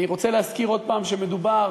אני רוצה להזכיר עוד פעם שמדובר